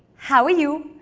how are you?